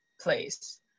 place